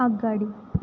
आगगाडी